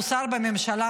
שהוא שר בממשלה,